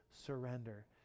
surrender